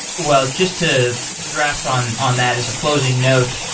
well, just to draft on on that as a closing note,